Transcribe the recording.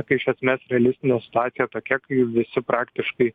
kai iš esmės realistinė situacija tokia kai visi praktiškai